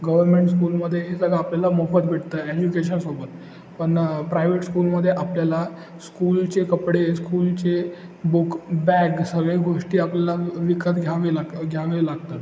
government स्कूलमध्ये हे सगळं आपल्याला मोफत भेटत आहे एज्युकेशनसोबत पण प्रायवेट स्कूलमध्ये आपल्याला स्कूलचे कपडे स्कूलचे बुक बॅग सगळ्या गोष्टी आपल्याला विकत घ्यावे लाग घ्यावे लागतात